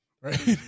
right